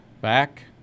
Back